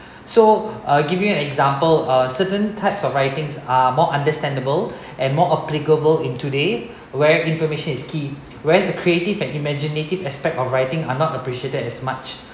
so I'll give you an example a certain types of writings are more understandable and more applicable in today where information is key whereas the creative and imaginative aspect of writing are not appreciated as much